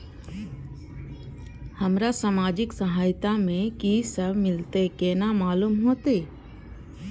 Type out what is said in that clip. हमरा सामाजिक सहायता में की सब मिलते केना मालूम होते?